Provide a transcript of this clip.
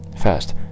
First